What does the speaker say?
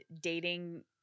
dating